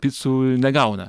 picų negauna